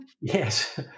Yes